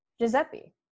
Giuseppe